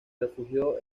refugió